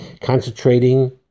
concentrating